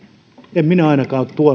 en minä ainakaan ole